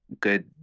good